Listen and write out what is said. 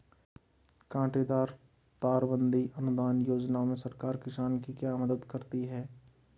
कांटेदार तार बंदी अनुदान योजना में सरकार किसान की क्या मदद करती है?